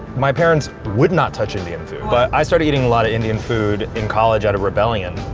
my parents would not touch indian food but i started eating a lot of indian food in college out of rebellion.